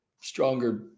stronger